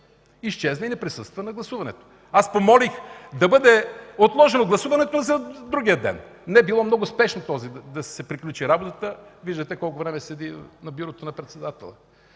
Изчезна и не присъства на гласуването. Аз помолих да бъде отложено гласуването за другия ден. Не, било много спешно да се приключи работата и виждате колко време седи на бюрото на председателя.